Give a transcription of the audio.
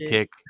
Kick